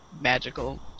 magical